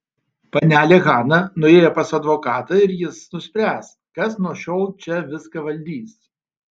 panelė hana nuėjo pas advokatą ir jis nuspręs kas nuo šiol čia viską valdys